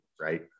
Right